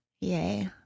Yay